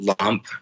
lump